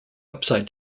upside